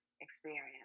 experience